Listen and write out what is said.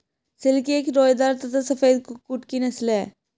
silkie एक रोएदार तथा सफेद कुक्कुट की नस्ल है